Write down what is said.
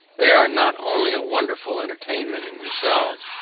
they are not only a wonderful entertainment in themselves,